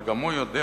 אבל גם הוא יודע